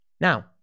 Now